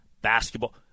basketball